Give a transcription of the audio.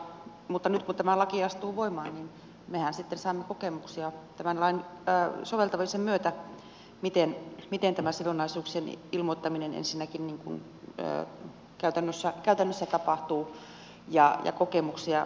mutta nyt kun tämä laki astuu voimaan niin mehän sitten saamme kokemuksia tämän lain soveltamisen myötä miten tämä sidonnaisuuksien ilmoittaminen ensinnäkin käytännössä tapahtuu saamme kokemuksia siitä